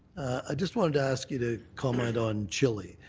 i just wanted to ask you to comment on chile.